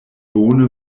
bone